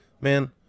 man